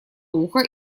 ухо